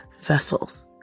vessels